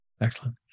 Excellent